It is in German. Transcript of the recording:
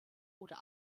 oder